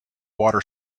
water